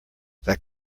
that